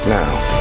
now